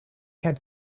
had